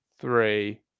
three